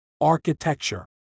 architecture